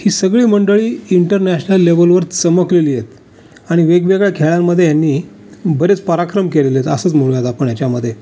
ही सगळी मंडळी इंटरनॅशनल लेवलवर चमकलेली आहेत आणि वेगवेगळ्या खेळांमध्ये ह्यांनी बरेच पाराक्रम केलेलेत असंच म्हणूयात आपण ह्याच्यामध्ये